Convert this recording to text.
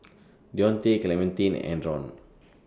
Dionte Clementine and Adron